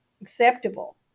Acceptable